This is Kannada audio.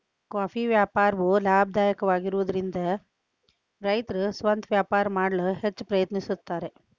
ಕಾಫಿ ವ್ಯಾಪಾರವು ಲಾಭದಾಯಕವಾಗಿರುವದರಿಂದ ರೈತರು ಸ್ವಂತ ವ್ಯಾಪಾರ ಮಾಡಲು ಹೆಚ್ಚ ಪ್ರಯತ್ನಿಸುತ್ತಾರೆ